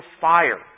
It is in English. fire